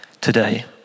today